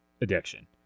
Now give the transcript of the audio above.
addiction